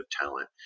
talent